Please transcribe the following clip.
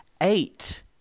eight